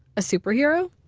a superhero?